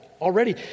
already